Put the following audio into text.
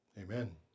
Amen